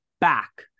back